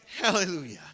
hallelujah